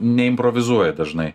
neimprovizuoja dažnai